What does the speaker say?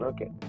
Okay